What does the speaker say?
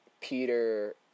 Peter